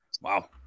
wow